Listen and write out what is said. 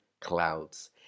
clouds